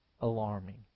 alarming